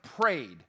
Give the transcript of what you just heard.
prayed